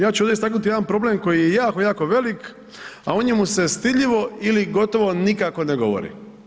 Ja ću ovdje istaknut jedan problem koji je jako, jako velik, a o njemu se stidljivo ili gotovo nikako ne govori.